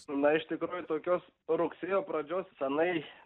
na iš tikrųjų tokios rugsėjo pradžios senai